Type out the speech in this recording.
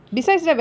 she's